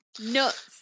Nuts